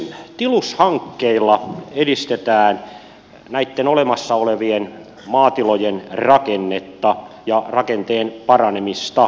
tilushankkeilla edistetään näitten olemassa olevien maatilojen rakennetta ja rakenteen paranemista